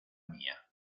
mía